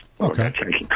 Okay